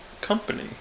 company